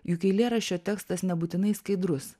juk eilėraščio tekstas nebūtinai skaidrus